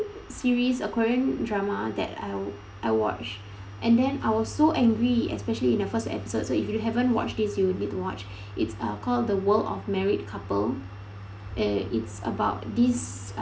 series a korean drama that I I watch and then I was so angry especially in the first episode so if you haven't watch this you need to watch it's uh called the world of married couple eh it's about this